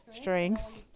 strengths